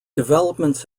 developments